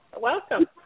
Welcome